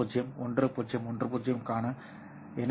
bit வரிசை 101010 க்கான என்